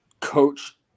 coach